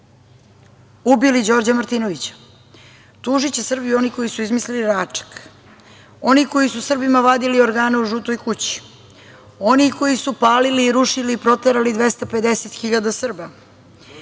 ubili Đorđa Martinovića, tužiće Srbiju oni koji su izmislili Račak, oni koji su Srbima vadili organe u žutoj kući, oni koji su palili, rušili i proterali 250 hiljada